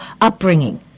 upbringing